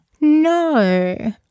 No